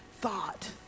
thought